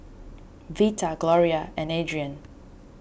Vita Gloria and Adriene